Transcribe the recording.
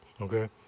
okay